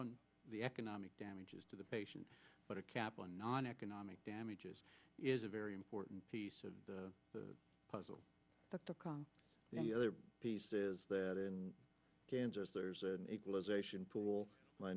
on the economic damages to the patient but a cap on noneconomic damages is a very important piece of the puzzle the other piece is that in kansas there's an equalization pool